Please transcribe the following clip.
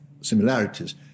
similarities